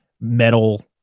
Metal